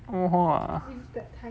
!wah!